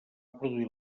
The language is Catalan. produir